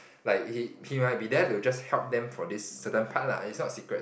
like he he might be there to just help them for this certain part lah it's not secrets